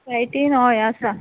लायटीन हॉ हें आसा